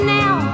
now